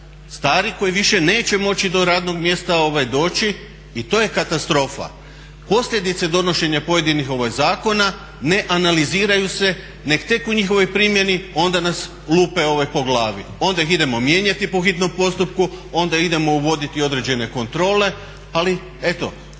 stari koji više neće moći do radnog mjesta doći i to je katastrofa. Posljedice donošenja pojedinih zakona ne analiziraju se nego tek u njihovoj primjeni onda nas lupe po glavi, onda ih idemo mijenjati po hitnom postupku, onda idemo uvoditi određene kontrole, ali eto